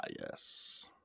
yes